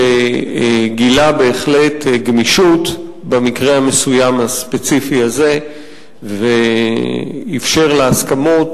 שגילה בהחלט גמישות במקרה המסוים הספציפי הזה ואפשר להסכמות